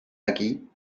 aquí